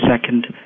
second